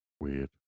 Weird